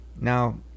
Now